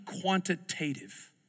quantitative